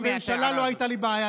עם הממשלה לא הייתה לי בעיה.